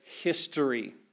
history